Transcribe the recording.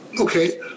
Okay